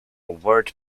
word